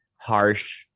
Harsh